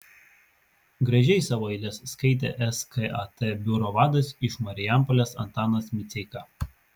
gražiai savo eiles skaitė skat būrio vadas iš marijampolės antanas miceika